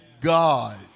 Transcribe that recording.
God